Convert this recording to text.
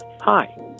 Hi